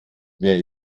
wer